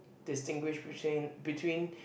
distinguish betwee~ between